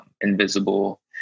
invisible